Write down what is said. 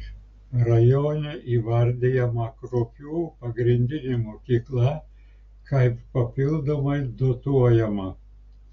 rajone įvardijama kruopių pagrindinė mokykla kaip papildomai dotuojama